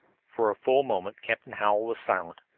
for a full moment captain hallowell was silent.